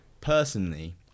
personally